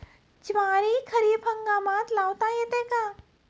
ज्वारी खरीप हंगामात लावता येते का?